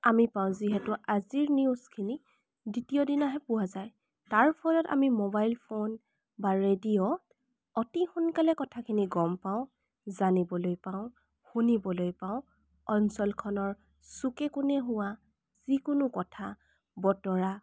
আমি পাওঁ যিহেতু আজিৰ নিউজখিনি দ্বিতীয় দিনাহে পোৱা যায় তাৰ ফলত আমি মোবাইল ফোন বা ৰেডিঅ' অতি সোনকালে কথাখিনি গম পাওঁ জানিবলৈ পাওঁ শুনিবলৈ পাওঁ অঞ্চলখনৰ চুকে কোণে হোৱা যিকোনো কথা বতৰা